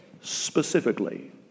specifically